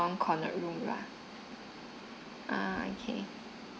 non corner room lah uh okay